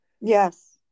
Yes